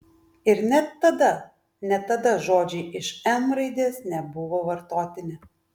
ir net tada net tada žodžiai iš m raidės nebuvo vartotini